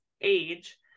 age